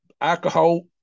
Alcohol